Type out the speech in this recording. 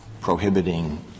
prohibiting